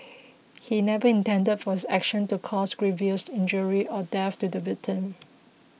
he never intended for his action to cause grievous injury or death to the victim